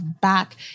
back